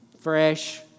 fresh